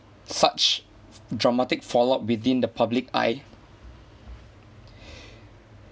such dramatic fallout within the public eye